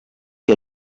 que